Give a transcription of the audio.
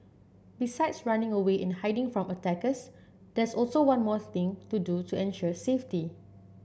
besides running away and hiding from attackers there's also one more thing to do to ensure safety